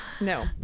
No